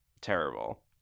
terrible